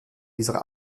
dieser